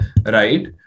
right